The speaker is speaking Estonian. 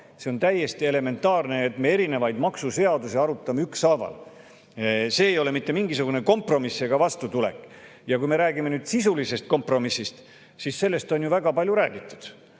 See on täiesti elementaarne, et me erinevaid maksuseadusi arutame ükshaaval. See ei ole mitte mingisugune kompromiss ega vastutulek. Ja kui me räägime sisulisest kompromissist, siis sellest on ju väga palju räägitud,